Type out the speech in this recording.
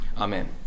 Amen